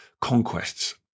conquests